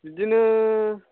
बिदिनो